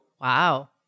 Wow